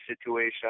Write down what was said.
situation